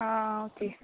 आ okay